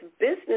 business